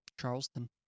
Charleston